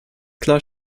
klar